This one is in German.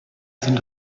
sind